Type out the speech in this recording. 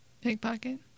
Pickpocket